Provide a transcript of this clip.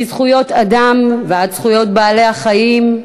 מזכויות אדם ועד זכויות בעלי-החיים,